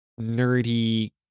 nerdy